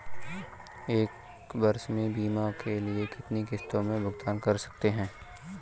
हम एक वर्ष में बीमा के लिए कितनी किश्तों में भुगतान कर सकते हैं?